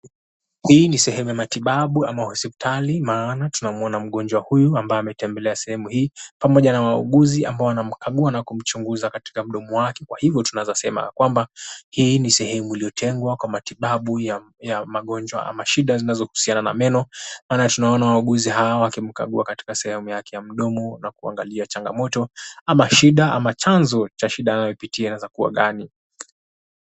Hii ni sehemu matibabu ama hospitali maana tunamwona mgonjwa huyu ambaye ametembelea sehemu hii pamoja na wahuguzi ambao wanamkagua na kumchunguza akatika mdomo wake kwa hivyo tunaweza kusema ya kwamba hii ni sehemu uliotengwa kwa matibabu ya magonjwa ama shida zinazohusiana na meno. Maana tunaona wahuguzi hawa wakimkagua katika sehemu yake ya mdomo na kuangalia changamoto ama shida ama chanzo cha shida anazozipitia inaweza kuwa gani.